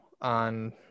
on